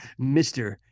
Mr